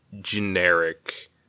generic